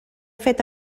fet